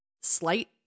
slight